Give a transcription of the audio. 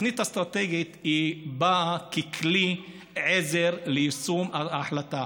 התוכנית האסטרטגית באה ככלי עזר ליישום ההחלטה.